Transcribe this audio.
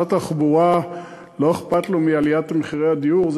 שר התחבורה לא אכפת לו מעליית מחירי הדיור?